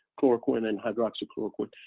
chloroquine and hydroxychloroquine.